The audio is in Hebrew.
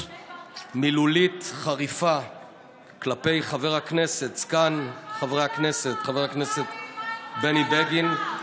עסוק, חבר הכנסת אמסלם, החוצה, בבקשה.